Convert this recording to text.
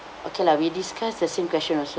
okay lah we discuss the same question also